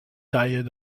tailles